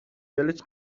دلش